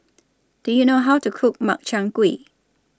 Do YOU know How to Cook Makchang Gui